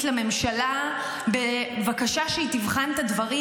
לממשלה בבקשה שהיא תבחן את הדברים,